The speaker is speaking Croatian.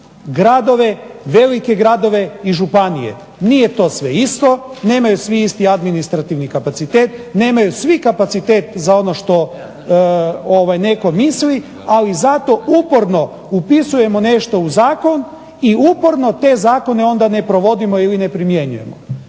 gradove, velike gradove i županije. Nije to sve isto, nemaju svi isti administrativni kapacitet, nemaju svi kapacitet za ono što netko misli ali zato uporno upisujemo nešto u zakon, i onda uporno te zakone ne provodimo i ne primjenjujemo.